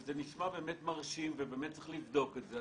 וזה נשמע באמת מרשים ובאמת צריך לבדוק את זה,